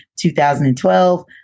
2012